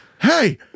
hey